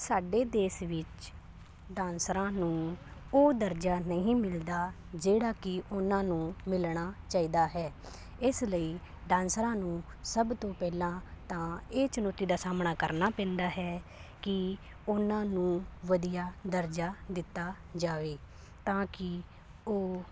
ਸਾਡੇ ਦੇਸ਼ ਵਿੱਚ ਡਾਂਸਰਾਂ ਨੂੰ ਉਹ ਦਰਜਾ ਨਹੀਂ ਮਿਲਦਾ ਜਿਹੜਾ ਕਿ ਉਹਨਾਂ ਨੂੰ ਮਿਲਣਾ ਚਾਹੀਦਾ ਹੈ ਇਸ ਲਈ ਡਾਂਸਰਾਂ ਨੂੰ ਸਭ ਤੋਂ ਪਹਿਲਾਂ ਤਾਂ ਇਹ ਚੁਣੌਤੀ ਦਾ ਸਾਹਮਣਾ ਕਰਨਾ ਪੈਂਦਾ ਹੈ ਕਿ ਉਹਨਾਂ ਨੂੰ ਵਧੀਆ ਦਰਜਾ ਦਿੱਤਾ ਜਾਵੇ ਤਾਂ ਕਿ ਉਹ